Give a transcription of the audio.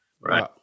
right